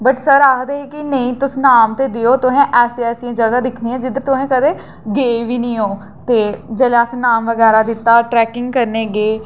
but sir आखदे हे के नेईं तुस नाम ते देओ तुसें ऐसियां ऐसियां जगह दिक्खनियां जिद्धर तुसें कदें गे बी निं ओ ते जेल्लै असें नाम बगैरा दित्ता ट्रैकिंग ने गी गे